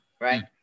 right